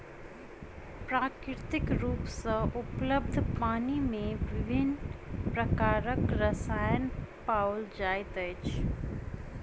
प्राकृतिक रूप सॅ उपलब्ध पानि मे विभिन्न प्रकारक रसायन पाओल जाइत अछि